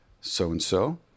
so-and-so